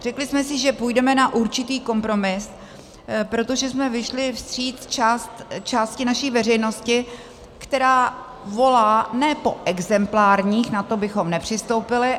Řekli jsme si, že půjdeme na určitý kompromis, protože jsme vyšli vstříc části naší veřejnosti, která volá ne po exemplárních, na to bychom nepřistoupili.